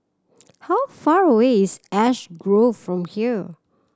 how far away is Ash Grove from here